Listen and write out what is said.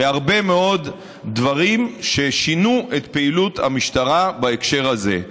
בהרבה מאוד דברים ששינו את פעילות המשטרה בהקשר הזה.